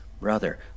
brother